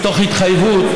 הגיעו בכירי המשפטנים,